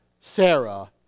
Sarah